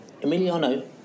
Emiliano